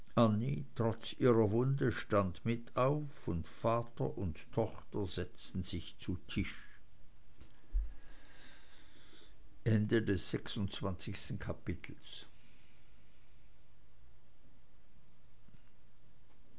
trotz ihrer wunde stand mit auf und vater und tochter setzten sich zu tisch siebenundzwanzigstes kapitel